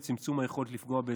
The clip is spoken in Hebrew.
תוך צמצום היכולת לפגוע באזרחים.